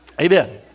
Amen